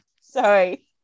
sorry